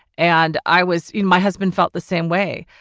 and i was in my husband felt the same way.